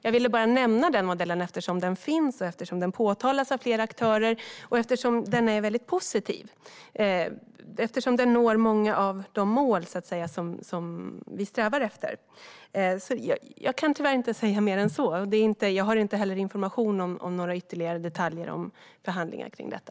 Jag ville bara nämna den modellen eftersom den finns, den påtalas av flera aktörer, den är väldigt positiv och den når många av de mål vi strävar efter. Jag kan tyvärr inte säga mer än så. Jag har heller inte information om några ytterligare detaljer om förhandlingar om detta.